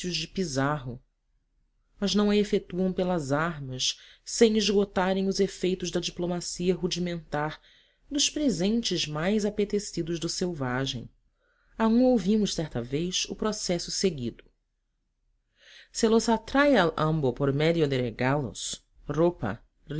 de pizarro mas não a efetuam pelas armas sem esgotarem os efeitos da diplomacia rudimentar dos presentes mais apetecidos do selvagem a um ouvimos certa vez o processo seguido se los atrae al tambo por medio de regalos ropa